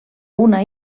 una